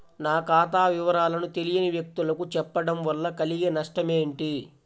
నా ఖాతా వివరాలను తెలియని వ్యక్తులకు చెప్పడం వల్ల కలిగే నష్టమేంటి?